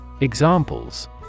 Examples